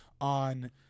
on